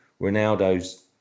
Ronaldo's